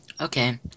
Okay